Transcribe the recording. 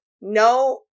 no